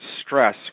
stress